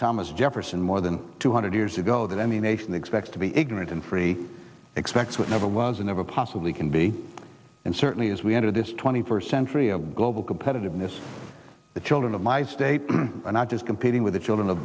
thomas jefferson more than two hundred years ago that any nation expects to be ignorant and free expects what never was never possibly can be and certainly as we enter this twenty first century of global competitiveness the children of my state are not just competing with the children